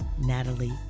Natalie